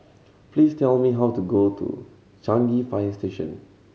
please tell me how to get to Changi Fire Station